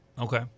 Okay